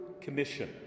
Commission